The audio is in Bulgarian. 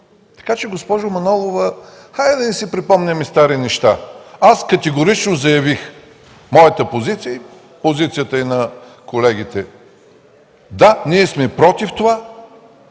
Така че, госпожо Манолова, хайде да не си припомняме стари неща. Аз категорично заявих моята и на колегите позиция – да, ние сме против това